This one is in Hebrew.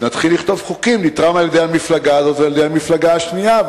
נתחיל לכתוב בחוקים שזה נתרם על-ידי המפלגה הזאת או המפלגה השנייה,